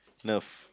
Nerf